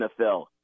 NFL